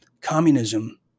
communism